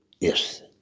yes